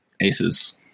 aces